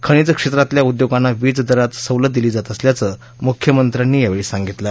खनिज क्षेत्रातल्या उद्योगांना वीजदरात सवलत दिली जात असल्याचं मुख्यमंत्र्यांनी यावेळी सांगितलं